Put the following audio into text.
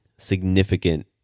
significant